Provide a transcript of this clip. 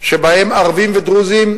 שבהם ערבים ודרוזים,